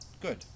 good